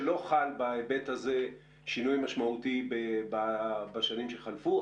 שלא חל בהיבט הזה שינוי משמעותי בשנים שחלפו.